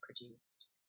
produced